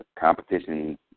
competition